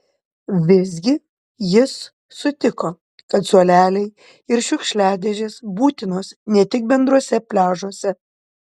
vis gi jis sutiko kad suoleliai ir šiukšliadėžės būtinos ne tik bendruose pliažuose